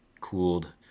cooled